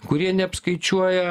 kurie neapskaičiuoja